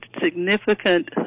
significant